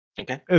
Okay